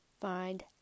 find